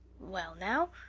well now,